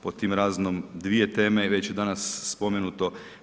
Pod tim razno dvije teme već su danas spomenute.